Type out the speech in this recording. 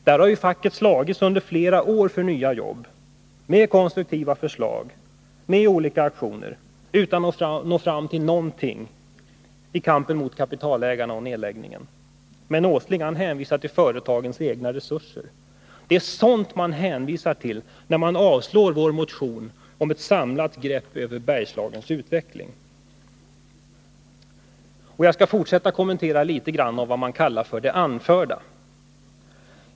Där har facket slagits under flera år för nya jobb, med konstruktiva förslag och med olika aktioner, utan att nå fram till något resultat i kampen mot kapitalägarna och nedläggningen. Men Nils Åsling hänvisar till företagens egna resurser. Det är också sådant som man hänvisar till när man avstyrker vår motion om ett samlat grepp över Bergslagens utveckling. Jag skall fortsätta att kommentera litet av vad man kallar för ”det anförda”.